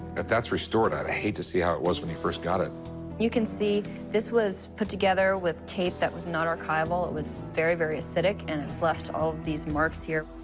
if that's restored, i'd hate to see how it was when you first got it. rebecca you can see this was put together with tape that was not archival. it was very, very acidic. and it's left all of these marks here.